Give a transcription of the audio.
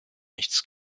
nichts